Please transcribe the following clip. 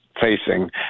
facing